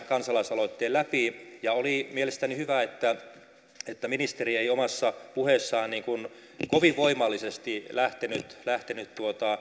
kansalaisaloitteen läpi ja oli mielestäni hyvä että että ministeri ei omassa puheessaan kovin voimallisesti lähtenyt lähtenyt